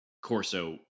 corso